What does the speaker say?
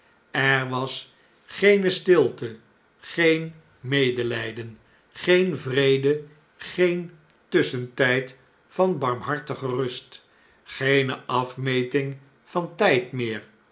er was geene stilte geen medelh'den geen vrede geen tusschentjjd van barmhartige rust geene afmeting van tyd meer